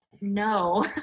no